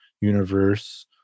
universe